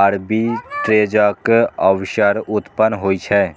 आर्बिट्रेजक अवसर उत्पन्न होइ छै